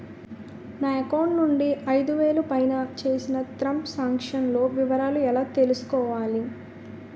నా అకౌంట్ నుండి ఐదు వేలు పైన చేసిన త్రం సాంక్షన్ లో వివరాలు ఎలా తెలుసుకోవాలి?